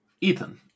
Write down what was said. Ethan